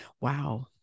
wow